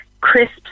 crisp